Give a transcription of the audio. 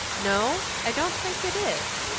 no i don't think it is.